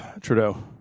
Trudeau